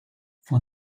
for